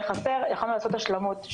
יכולנו לעשות השלמות.